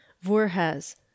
Voorhees